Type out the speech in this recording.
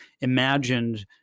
imagined